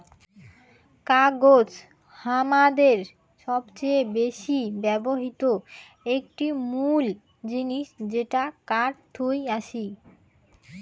কাগজ হামাদের সবচেয়ে বেশি ব্যবহৃত একটি মুল জিনিস যেটা কাঠ থুই আসি